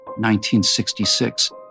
1966